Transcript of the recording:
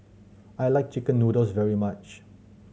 I like chicken noodles very much